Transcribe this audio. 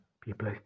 people